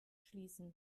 schließen